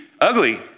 ugly